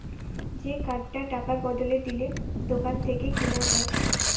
যে কার্ডটা টাকার বদলে দিলে দোকান থেকে কিনা যায়